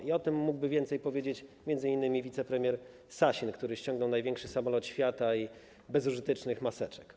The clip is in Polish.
I o tym mógłby więcej powiedzieć m.in. wicepremier Sasin, który ściągnął największy samolot świata i bezużytecznych maseczek.